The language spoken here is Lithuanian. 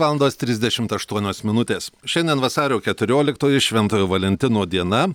valandos trisdešimt aštuonios minutės šiandien vasario keturioliktoji šventojo valentino diena